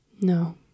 No